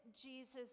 Jesus